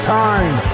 time